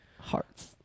Hearts